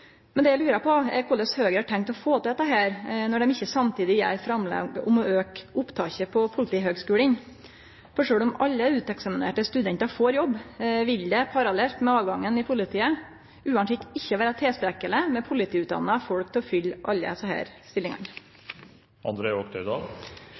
Men eg lurar på korleis Høgre har tenkt å få til dette når dei ikkje samtidig gjer framlegg om å auke opptaket på Politihøgskolen. For sjølv om alle uteksaminerte studentar får jobb, vil det parallelt med avgangen i politiet uansett ikkje vere tilstrekkeleg med politiutdanna folk til å fylle alle desse stillingane.